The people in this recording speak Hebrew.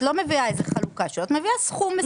את לא מביאה איזה חלוקה, את מביאה סכום מסוים.